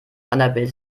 annabel